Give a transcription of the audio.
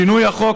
שינוי החוק,